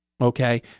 Okay